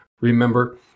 Remember